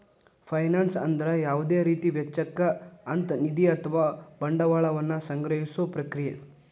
finance ಅಂದ್ರ ಯಾವುದ ರೇತಿ ವೆಚ್ಚಕ್ಕ ಅಂತ್ ನಿಧಿ ಅಥವಾ ಬಂಡವಾಳ ವನ್ನ ಸಂಗ್ರಹಿಸೊ ಪ್ರಕ್ರಿಯೆ